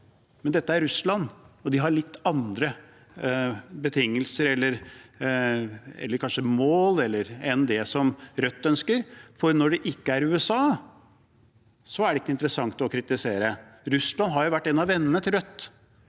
Men dette er Russland, og de har litt andre betingelser, eller kanskje mål, enn det Rødt ønsker, for når det ikke er USA, er det ikke interessant å kritisere. Russland har jo vært en av vennene til Rødt